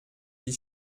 die